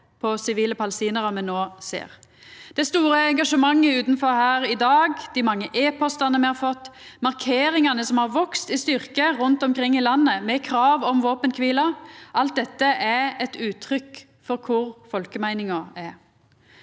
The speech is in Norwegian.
på sivile palestinarar me no ser. Det store engasjementet utanfor her i dag, dei mange e-postane me har fått, markeringane som har vakse i styrke rundt omkring i landet med krav om våpenkvile: Alt dette er eit uttrykk for kva folkemeininga er.